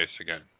again